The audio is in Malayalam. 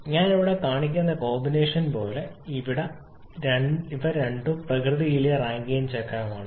ഞാൻ ഇവിടെ കാണിക്കുന്ന കോമ്പിനേഷൻ പോലെ ഇവിടെ ഇവ രണ്ടും പ്രകൃതിയിലെ റാങ്കൈൻ ചക്രമാണ്